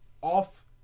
Off